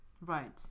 right